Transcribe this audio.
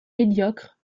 médiocres